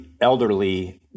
elderly